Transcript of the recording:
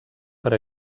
per